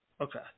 okay